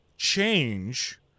change